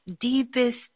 deepest